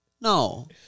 No